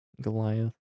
Goliath